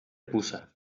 puça